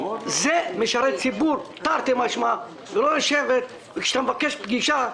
משרת ציבור זה לא לשלוח את העוזר כשאתה מבקש פגישה.